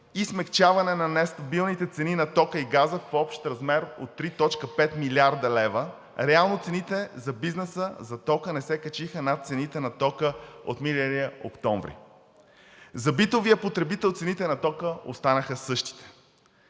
и смекчаване на нестабилните цени на тока и газа в общ размер от 3,5 млрд. лв. – реално цените за бизнеса за тока не се качиха над цените на тока от миналия октомври. За битовия потребител цените на тока останаха същите.